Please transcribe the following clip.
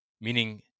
meaning